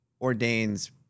ordains